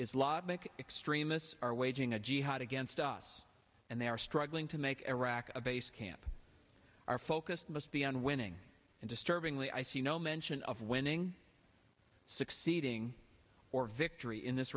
islamic extremists are waging a jihad against us and they are struggling to make iraq a base camp our focus must be on winning and disturbingly i see no mention of winning succeeding or victory in this